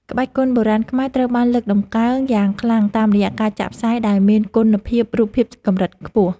ក្បាច់គុនបុរាណខ្មែរត្រូវបានលើកតម្កើងយ៉ាងខ្លាំងតាមរយៈការចាក់ផ្សាយដែលមានគុណភាពរូបភាពកម្រិតខ្ពស់។